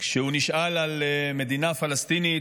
כשהוא נשאל על מדינה פלסטינית,